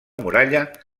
muralla